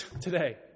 today